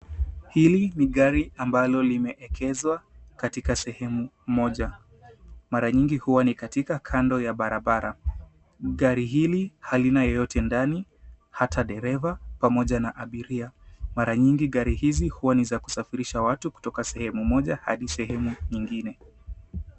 Hili ni gari ambalo limeekezwa katika sehemu moja. Mara nyingi huwa ni katika kando ya barabara. Gari hili halina yeyote ndani, hata dereva pamoja na abiria. Mara nyingi, gari hizi huwa ni za kusafirisha watu kutoka sehemu moja hadi sehemu nyingine.